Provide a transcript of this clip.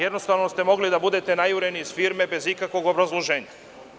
Jednostavno ste mogli da budete najureni iz firme bez ikakvog obrazloženja.